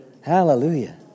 Hallelujah